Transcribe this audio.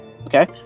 Okay